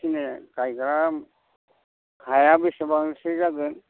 सिनाया गायग्रा हाया बेसेबांसो जागोन